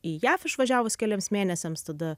į jav išvažiavus keliems mėnesiams tada